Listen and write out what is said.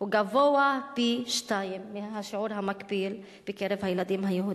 גבוה פי-שניים מהשיעור המקביל בקרב הילדים היהודים.